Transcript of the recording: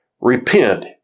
repent